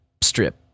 strip